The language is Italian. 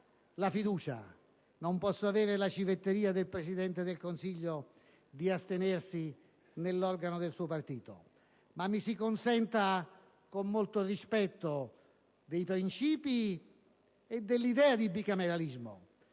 la fiducia; non posso avere la civetteria del Presidente del Consiglio, che si è astenuto nell'organo del suo partito. Ma mi si consenta, con molto rispetto per i principi e l'idea di bicameralismo,